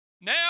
now